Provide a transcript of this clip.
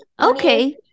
okay